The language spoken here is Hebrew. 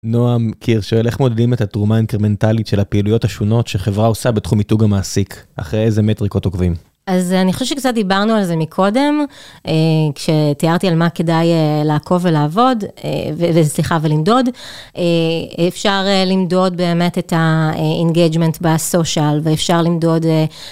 נועם קיר שואל, איך מודדים את התרומה האינקרמנטלית של הפעילויות השונות שחברה עושה בתחום מיתוג המעסיק? אחרי איזה מטריקות עוקבים? אז אני חושבת שקצת דיברנו על זה מקודם, כשתיארתי על מה כדאי לעקוב ולעבוד, וסליחה, ולמדוד, אפשר למדוד באמת את ה-Engagement בסושיאל ואפשר למדוד,